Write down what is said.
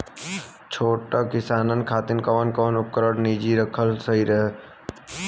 छोट किसानन खातिन कवन कवन उपकरण निजी रखल सही ह?